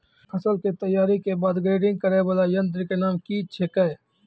फसल के तैयारी के बाद ग्रेडिंग करै वाला यंत्र के नाम की छेकै?